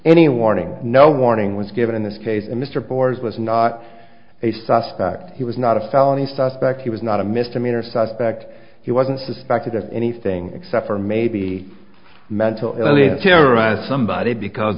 any warning no warning was given in this case and mr boars was not a suspect he was not a felon stuff back he was not a misdemeanor suspect he wasn't suspected of anything except for maybe mentally terrorize somebody because